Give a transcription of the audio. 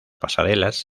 pasarelas